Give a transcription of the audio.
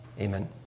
Amen